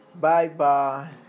Bye-bye